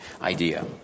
idea